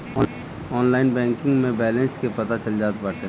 online banking में balance के पता चल जात बाटे